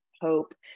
hope